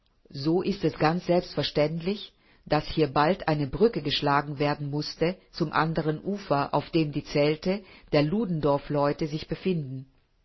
so ist es ganz selbstverständlich daß hier bald eine brücke geschlagen werden mußte zum anderen ufer auf dem die zelte der ludendorff-leute sich befinden